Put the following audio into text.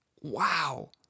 Wow